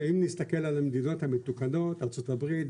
שאם נסתכל על המדינות המתוקנות ארה"ב,